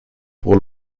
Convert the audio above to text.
pour